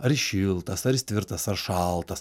ar jis šiltas ar jis tvirtas ar šaltas